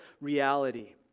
reality